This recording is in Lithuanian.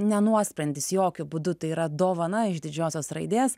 ne nuosprendis jokiu būdu tai yra dovana iš didžiosios raidės